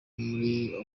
muri